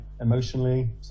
emotionally